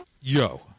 Yo